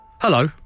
Hello